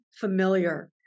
familiar